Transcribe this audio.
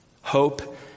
Hope